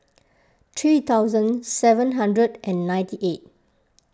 three thousand seven hundred and ninety eight